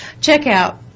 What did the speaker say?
checkout